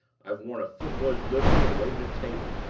i've worn a foot-boy's livery, and waited at table!